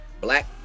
black